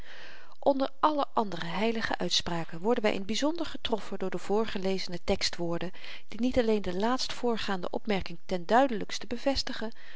onder alle andere heilige uitspraken worden wy in t byzonder getroffen door de voorgelezene tekstwoorden die niet alleen de laatstvoorgaande opmerking ten duidelykste bevestigen